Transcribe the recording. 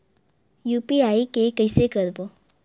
UPI के कइसे करबो?